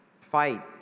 fight